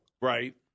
Right